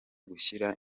gushyira